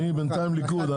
אני בינתיים ליכוד,